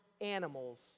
animals